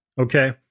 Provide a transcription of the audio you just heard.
Okay